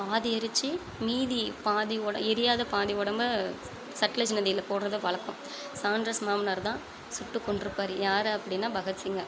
பாதி எரிச்சு மீதி பாதி உட எரியாத பாதி உடம்ப ச சட்லஜ் நதியில் போடுறது வலக்கம் சான்ரஸ் மாம்னார் தான் சுட்டுக் கொன்றிருப்பாரு யாரை அப்படின்னா பகத்சிங்கை